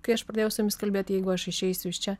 kai aš pradėjau su jumis kalbėt jeigu aš išeisiu iš čia